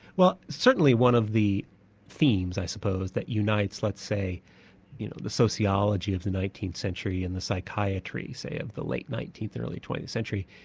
well certainly one of the themes i suppose, that unites let's say you know the sociology of the nineteenth century and the psychiatry say of the late nineteenth, early twentieth century,